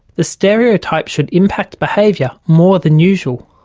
the stereotype should impact behaviour more than usual.